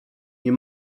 nie